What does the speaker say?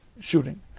shooting